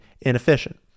inefficient